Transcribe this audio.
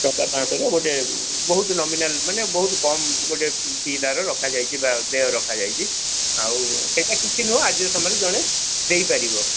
ଟଙ୍କା ପାଞ୍ଚଶହରେ ଗୋଟେ ବହୁତ ନୋମିନାଲ୍ ମାନେ ବହୁତ କମ୍ ଗୋଟେ ଫି ତାର ରଖାଯାଇଛି ବା ଦେୟ ରଖା ଯାଇଛି ଆଉ ସେଇଟା କିଛି ନୁହଁ ଆଜିର ସମୟରେ ଜଣେ ଦେଇପାରିବ